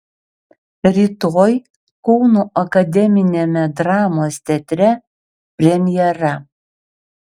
rytoj kauno akademiniame dramos teatre premjera